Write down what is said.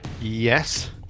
Yes